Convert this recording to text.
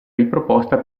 riproposta